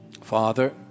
Father